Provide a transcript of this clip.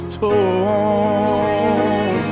torn